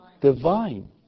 Divine